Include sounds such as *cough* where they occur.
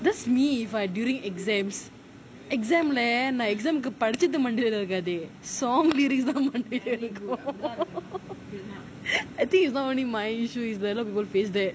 that's me if I during exams exam man படிச்சது மண்டைல இருக்காது:padichathu mandaila irukaathu songa lyrics தான் மண்டைல இருக்கும்:thaan mandaila irukum *laughs* I think it's not only my issue எல்லாம்:ellaam face that